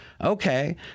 okay